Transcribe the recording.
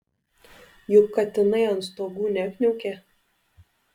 juk katinai ant stogų nekniaukė